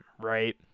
right